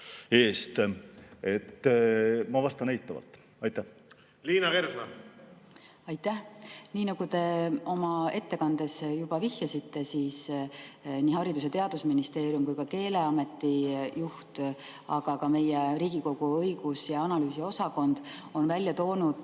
Ma vastan eitavalt. Liina Kersna. Aitäh! Nii nagu te oma ettekandes juba viitasite, nii Haridus- ja Teadusministeerium kui ka Keeleameti juht, aga ka meie Riigikogu õigus- ja analüüsiosakond on välja toonud